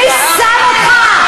מי שם אותך?